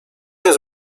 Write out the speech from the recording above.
jest